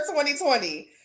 2020